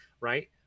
right